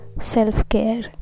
self-care